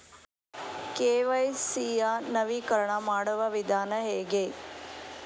KYC ಯ ನವೀಕರಣ ಮಾಡುವ ವಿಧಾನ ಹೇಗೆ?